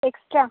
extra